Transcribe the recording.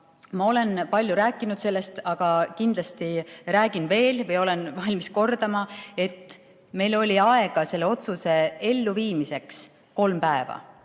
sellest palju rääkinud, aga kindlasti räägin veel, olen valmis kordama, et meil oli aega selle otsuse elluviimiseks kolm päeva: